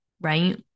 right